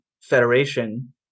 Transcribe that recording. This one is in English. federation